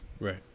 Right